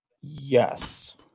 Yes